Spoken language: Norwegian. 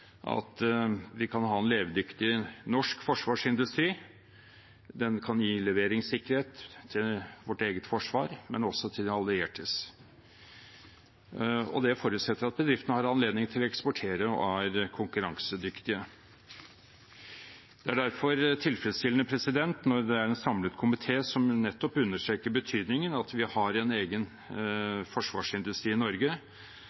at vi kan ha en levedyktig norsk forsvarsindustri. Den kan gi leveringssikkerhet til vårt eget forsvar og også til de alliertes, og det forutsetter at bedriftene har anledning til å eksportere og er konkurransedyktige. Det er derfor tilfredsstillende når det er en samlet komité som nettopp understreker betydningen av at vi har en egen